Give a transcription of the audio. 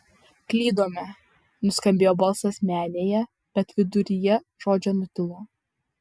klydome nuskambėjo balsas menėje bet viduryje žodžio nutilo